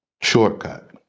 shortcut